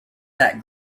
that